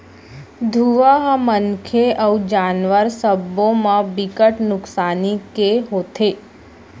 धुंआ ह मनखे अउ जानवर सब्बो म बिकट नुकसानी के होथे